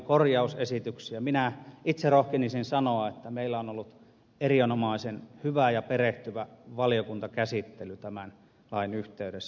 minä itse rohkenisin sanoa että meillä on ollut erinomaisen hyvä ja perehtyvä valiokuntakäsittely tämän lain yhteydessä